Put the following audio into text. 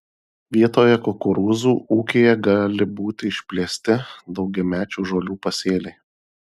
vietoje kukurūzų ūkyje gali būti išplėsti daugiamečių žolių pasėliai